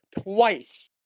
twice